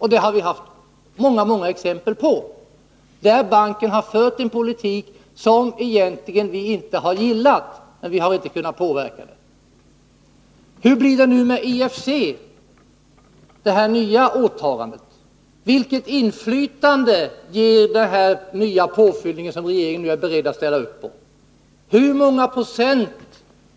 Vi har sett många gånger hur banken har fört en politik som vi egentligen inte har gillat utan att vi har kunnat påverka den. Hur blir det nu med det här nya åtagandet i IFC? Vilket inflytande ger den påfyllningen, som regeringen nu är beredd att ställa upp på? Hur många procent